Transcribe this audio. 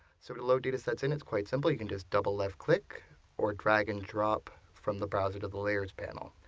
so to load datasets in it is quite simple, you can just double-left click or drag-and-drop from the browser to the layers panel.